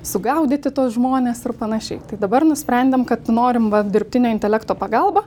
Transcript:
sugaudyti tuos žmones ir panašiai tai dabar nusprendėm kad norim va dirbtinio intelekto pagalba